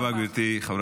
תודה רבה, גברתי.